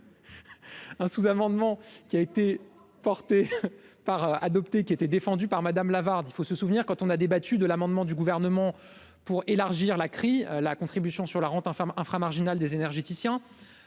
un sous-amendement qui a été porté par adopter qui était défendu par Madame Lavarde, il faut se souvenir quand on a débattu de l'amendement du gouvernement pour élargir la crie la contribution sur la route en fermant infra-marginale des énergéticiens,